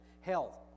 health